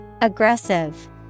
Aggressive